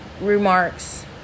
remarks